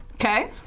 Okay